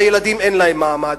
הילדים אין להם מעמד.